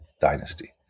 dynasty